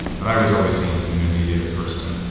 but i was always seen as the new media person.